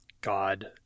god